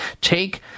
Take